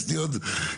יש לי עוד עשר.